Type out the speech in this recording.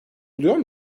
buluyor